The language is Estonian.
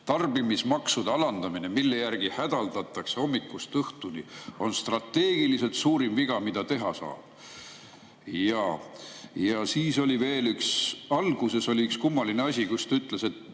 tarbimismaksude alandamine, mille järgi hädaldatakse hommikust õhtuni, on strateegiliselt suurim viga, mida teha saab. Siis oli veel alguses üks kummaline asi, kus ta ütles, et